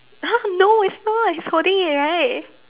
!huh! no it's not it's holding it right